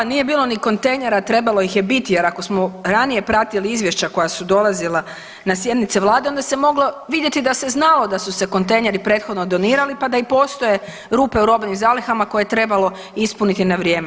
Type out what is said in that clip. Da, nije bilo ni kontejnera, trebalo ih je biti jer ako smo ranije pratili izvješća koja su dolazila na sjednice vlade onda se moglo vidjeti da se znalo da su se kontejneri prethodno donirali, pa da i postoje rupe u robnim zalihama koje je trebalo ispuniti na vrijeme.